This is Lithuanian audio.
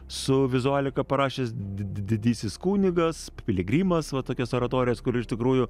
su vizualiaka parašęs didysis kunigas piligrimas va tokias oratorijas kur iš tikrųjų